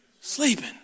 Sleeping